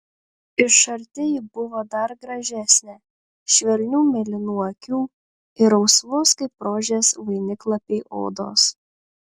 iš arti ji buvo dar gražesnė švelnių mėlynų akių ir rausvos kaip rožės vainiklapiai odos